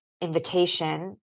invitation